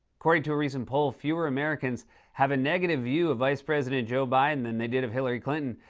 according to a recent poll, fewer americans have a negative view of vice president joe biden than they did of hillary clinton.